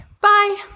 bye